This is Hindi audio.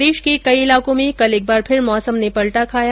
प्रदेश के कई इलाको में कल एक बार फिर मौसम ने पलटा खाया